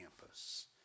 campus